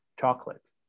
chocolate